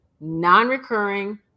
non-recurring